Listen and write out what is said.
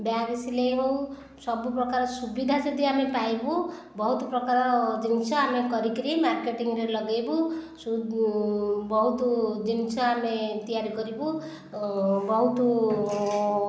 bag ସିଲେଇ ହେଉ ସବୁ ପ୍ରକାର ସୁବିଧା ଯଦି ଆମେ ପାଇବୁ ବହୁତ ପ୍ରକାର ଜିନିଷ ଆମେ କରିକି ମାର୍କେଟିଙ୍ଗରେ ଲଗେଇବୁ ବହୁତ ଜିନିଷ ଆମେ ତିଆରି କରିବୁ ବହୁତ